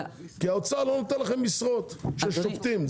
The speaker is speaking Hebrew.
כי האוצר לא נותן לכם משרות של שופטים,